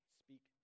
speak